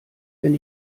wenn